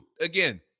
again